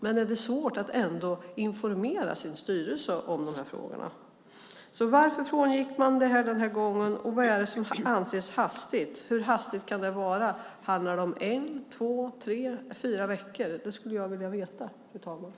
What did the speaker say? Men är det svårt att informera sin styrelse om de här frågorna? Varför frångick man det den här gången, och vad är det som anses hastigt? Hur hastigt kan det vara? Handlar det om en, två, tre eller fyra veckor? Det skulle jag vilja veta, fru talman.